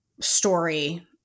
story